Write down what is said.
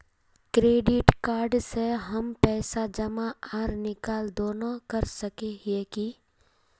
Credit card से हम पैसा जमा आर निकाल दोनों कर सके हिये की?